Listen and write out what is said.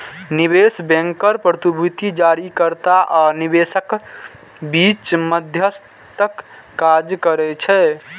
निवेश बैंकर प्रतिभूति जारीकर्ता आ निवेशकक बीच मध्यस्थक काज करै छै